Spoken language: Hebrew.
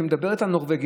שבו היא מדברת על נורבגי.